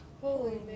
Holy